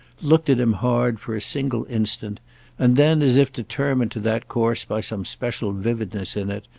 looked at him hard for a single instant and then, as if determined to that course by some special vividness in it,